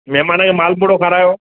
महिमान खे मालपुणो खारायो